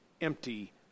empty